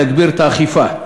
להגביר את האכיפה,